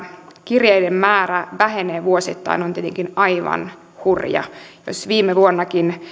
kirjeiden määrä vähenee vuosittain on tietenkin aivan hurja jos viime vuonnakin